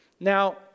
Now